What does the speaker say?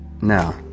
now